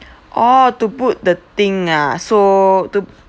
orh to book the thing ah so to